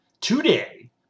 today